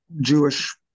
Jewish